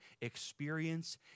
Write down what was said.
experience